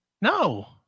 No